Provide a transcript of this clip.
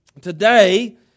Today